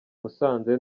musanze